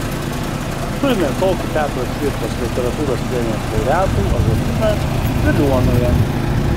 turime tokį petro cvirkos literatūros premijos laureatų ąžuolyną veliuonoje